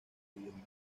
idiomas